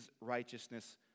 righteousness